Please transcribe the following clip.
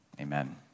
Amen